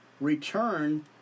return